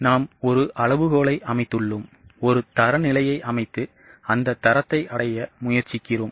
நாம் ஒரு அளவுகோலை அமைத்துள்ளோம் ஒரு தரநிலையை அமைத்து அந்த தரத்தை அடைய முயற்சிக்கிறோம்